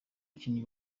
abakinnyi